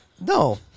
No